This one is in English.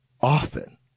Often